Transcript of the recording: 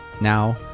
Now